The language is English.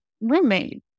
Roommate